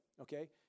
okay